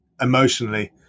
emotionally